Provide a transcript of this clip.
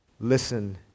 Listen